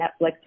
Netflix